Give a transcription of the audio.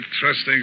trusting